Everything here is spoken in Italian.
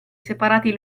separati